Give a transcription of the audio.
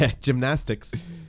Gymnastics